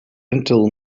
until